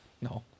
No